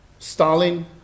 Stalin